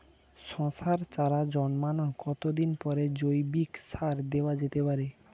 শশার চারা জন্মানোর কতদিন পরে জৈবিক সার দেওয়া যেতে পারে?